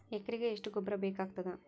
ಎಕರೆಗ ಎಷ್ಟು ಗೊಬ್ಬರ ಬೇಕಾಗತಾದ?